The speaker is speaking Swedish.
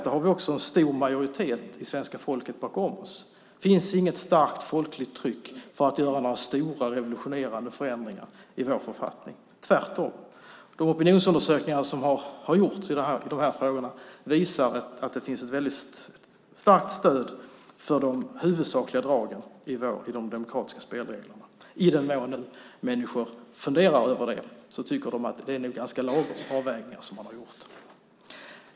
Här har vi också stor majoritet av svenska folket bakom oss. Det finns inget starkt folkligt tryck på att göra några stora revolutionerande förändringar i vår författning, tvärtom. De opinionsundersökningar som har gjorts i dessa frågor visar att det finns ett starkt stöd för de huvudsakliga dragen i de demokratiska spelreglerna. I den mån nu människor funderar över det tycker de att det nog är ganska lagom avvägningar som har gjorts.